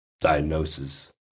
diagnosis